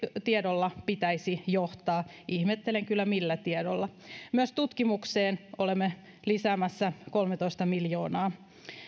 tiedolla pitäisi johtaa ihmettelen kyllä millä tiedolla myös tutkimukseen olemme lisäämässä kolmetoista miljoonaa